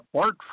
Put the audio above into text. art